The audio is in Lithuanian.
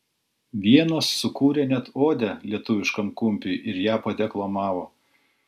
vienas sukūrė net odę lietuviškam kumpiui ir ją padeklamavo